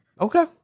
Okay